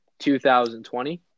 2020